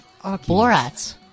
Borat